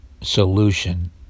solution